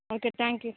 okay thank you